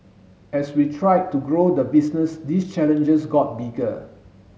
as we tried to grow the business these challenges got bigger